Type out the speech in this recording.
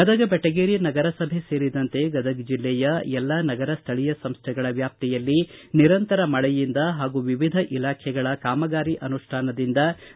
ಗದಗ ಬೆಟಗೇರಿ ನಗರಸಭೆ ಸೇರಿದಂತೆ ಗದಗ ಜಿಲ್ಲೆಯ ಎಲ್ಲಾ ನಗರ ಸ್ಟಳೀಯ ಸಂಸ್ಟೆಗಳ ವ್ಯಾಪ್ತಿಯಲ್ಲಿ ನಿರಂತರ ಮಳೆಯಿಂದ ಹಾಗೂ ವಿವಿಧ ಇಲಾಖೆಯ ಕಾಮಗಾರಿಗಳ ಅನುಷ್ಟಾನದಿಂದ ರಸ್ತೆಗಳು ಹಾಳಾಗಿವೆ